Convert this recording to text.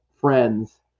friends